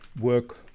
work